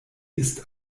ist